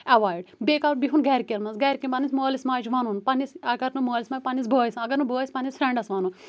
avoid بییہِ بِہُن گَرکٮ۪ن منٛز گَرکٮ۪ن پَننِس مٲلِس ماجہِ وَنُن پَننِس اگر نہٕ مٲلِس ماجہِ پَننِس بٲیِس اگر نہٕ بٲیِس پَننِس فرٛینٛڈَس وَنُن